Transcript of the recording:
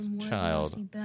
child